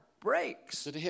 breaks